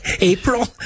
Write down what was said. April